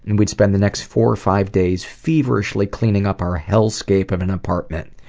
and we spent the next four or five days feverishly cleaning up our hellscape of an apartment.